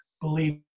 believe